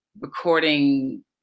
recording